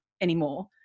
anymore